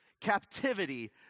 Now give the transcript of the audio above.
captivity